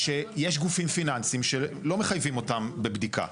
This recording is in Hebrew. שיש גופים פיננסיים שלא מחייבים אותם בבדיקה.